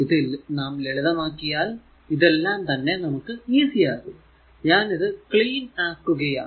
ഇത് നാം ലളിതമാക്കിയാൽ ഇതെല്ലാം തന്നെ നമുക്ക് ഈസി ആകും ഞാൻ ഇത് ക്ലീൻ ആക്കുകയാണ്